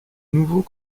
nouveau